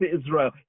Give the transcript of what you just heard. Israel